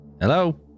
Hello